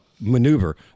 maneuver